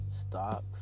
stocks